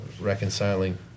reconciling